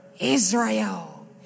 Israel